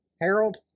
Harold